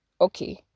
Okay